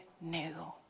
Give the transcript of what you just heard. new